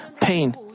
pain